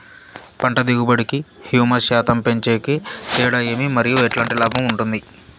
పంట దిగుబడి కి, హ్యూమస్ శాతం పెంచేకి తేడా ఏమి? మరియు ఎట్లాంటి లాభం ఉంటుంది?